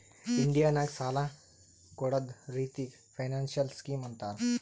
India ನಾಗ್ ಸಾಲ ಕೊಡ್ಡದ್ ರಿತ್ತಿಗ್ ಫೈನಾನ್ಸಿಯಲ್ ಸ್ಕೀಮ್ ಅಂತಾರ್